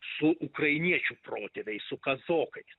su ukrainiečių protėviais su kazokais